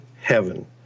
heaven